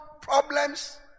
problems